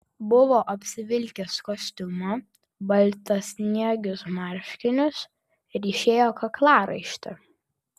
buvo apsivilkęs kostiumą baltasniegius marškinius ryšėjo kaklaraištį